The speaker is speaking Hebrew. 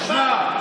תשמע,